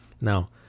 Now